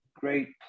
great